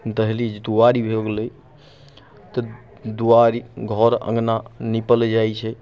दहलीज दुआरि भऽ गेलै तऽ दुआरि घर अँगना निपल जाइ छै